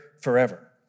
forever